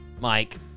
Mike